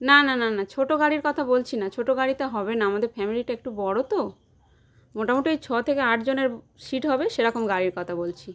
না না না না ছোট গাড়ির কথা বলছি না ছোট গাড়িতে হবে না আমাদের ফ্যামিলিটা একটু বড় তো মোটামুটি ওই ছ থেকে আট জনের সিট হবে সেরকম গাড়ির কথা বলছি